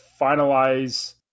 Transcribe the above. finalize